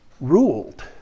ruled